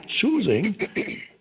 choosing